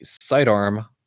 sidearm